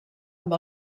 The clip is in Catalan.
amb